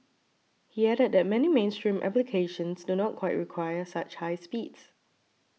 he added that many mainstream applications do not quite require such high speeds